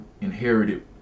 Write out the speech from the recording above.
inherited